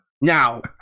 Now